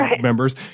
members